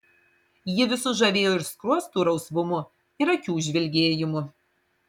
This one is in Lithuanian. ji visus žavėjo ir skruostų rausvumu ir akių žvilgėjimu